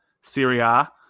Syria